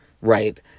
right